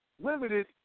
limited